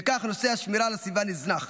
וכך נושא השמירה על הסביבה נזנח.